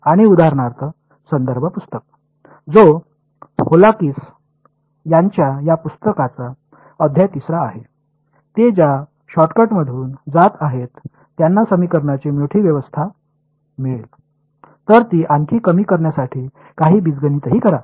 आणि उदाहरणार्थ संदर्भ पुस्तक जो व्होलाकिस यांच्या या पुस्तकाचा अध्याय 3 आहे ते ज्या शार्टकटमधून जात आहेत त्यांना समीकरणांची मोठी व्यवस्था मिळेल तर ती आणखी कमी करण्यासाठी काही बीजगणितही करा